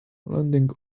landing